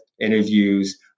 interviews